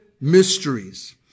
Mysteries